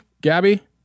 Gabby